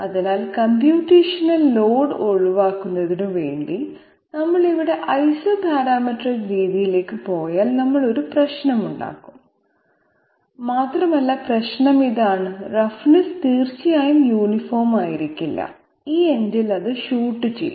അതിനാൽ computational load ഒഴിവാക്കുന്നതിന് വേണ്ടി നമ്മൾ ഇവിടെ ഐസോപാരാമെട്രിക് രീതിയിലേക്ക് പോയാൽ നമുക്ക് ഒരു പ്രശ്നമുണ്ടാകും മാത്രമല്ല പ്രശ്നം ഇതാണ് റഫ്നെസ്സ് തീർച്ചയായും യൂണിഫോം ആയിരിക്കില്ല ഈ എൻഡിൽ അത് ഷൂട്ട് ചെയ്യും